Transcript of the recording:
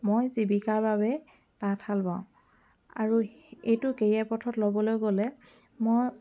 মই জীৱিকাৰ বাবে তাঁতশাল বওঁ আৰু এইটো কেৰিয়াৰ পথত ল'বলৈ গ'লে মই